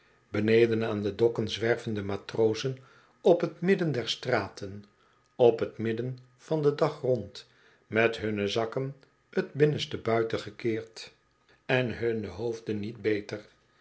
beneden aan de dokken zwerven de matrozen op t midden der straten op t midden van den dag rond met hunne zakken t binnenste buiten gekeerd en hunne hoofden niet beter